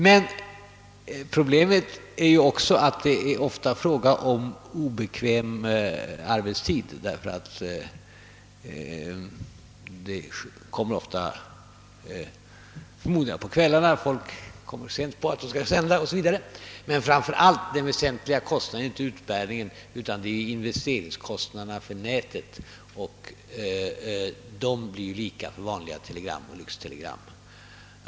I detta sammanhang är det ofta fråga om obekväm arbetstid; folk kommer ofta sent på att de skall sända telegram. Den väsentliga kostnaden är inte utbärningen utan befordringskostnaderna i nätet, och de är lika stora för vanliga telegram som för lyxtelegram.